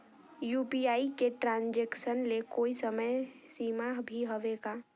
UPI के transaction ले कोई समय सीमा भी हवे का?